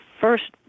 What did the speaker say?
first